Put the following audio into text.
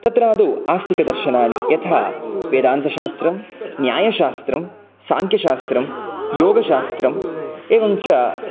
तत्रादौ आस्तिकदर्शनानि यथा वेदान्तशास्त्रं न्यायशास्त्रं साङ्ख्यशास्त्रं योगशास्त्रम् एवं च